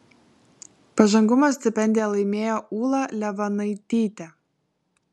pažangumo stipendiją laimėjo ūla levanaitytė